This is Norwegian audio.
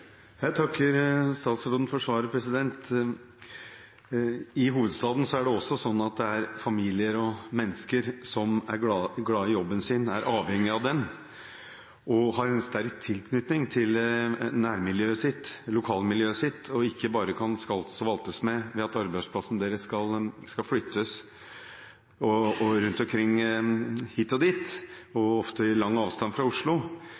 Jeg takker statsråden for svaret. I hovedstaden er det også familier og mennesker som er glade i jobben sin og er avhengige av den, som har en sterk tilknytning til nærmiljøet sitt, lokalmiljøet sitt, og som ikke bare kan skaltes og valtes med ved at arbeidsplassen deres skal flyttes hit og dit, ofte i stor avstand fra Oslo.